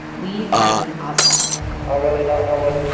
lee harvey oswald i really don't know what